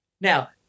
Now